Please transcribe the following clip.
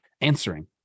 answering